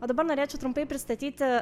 o dabar norėčiau trumpai pristatyti